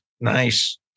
nice